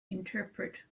interpret